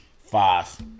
five